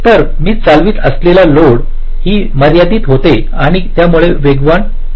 तर मी चालवित असलेला लोड ही मर्यादित होतो आणि त्यामुळे वेगवान होईल